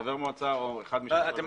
חבר מועצה או אחד משני --- אבל אתם